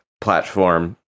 platform